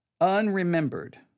Unremembered